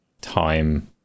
time